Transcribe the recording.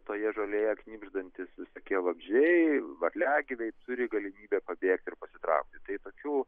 toje žolėje knibždantys visokie vabzdžiai varliagyviai turi galimybę pabėgti ir pasitraukti tai tokių